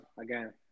again